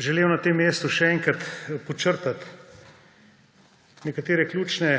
želel na tem mestu še enkrat podčrtati nekatere ključne